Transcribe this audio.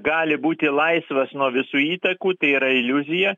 gali būti laisvas nuo visų įtakų tai yra iliuzija